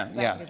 yeah.